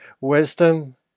wisdom